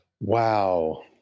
Wow